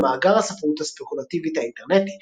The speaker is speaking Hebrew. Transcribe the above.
במאגר הספרות הספקולטיבית האינטרנטי.